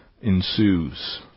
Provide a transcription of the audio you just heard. ensues